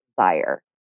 desire